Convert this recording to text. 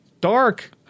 Dark